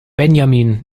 benjamin